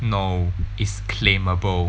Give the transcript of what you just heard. no is claimable